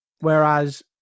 Whereas